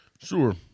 Sure